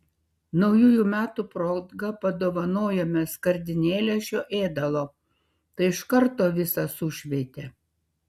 naujųjų metų proga padovanojome skardinėlę šio ėdalo tai iš karto visą sušveitė